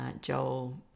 Joel